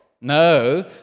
No